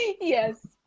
Yes